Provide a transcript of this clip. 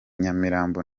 nyamirambo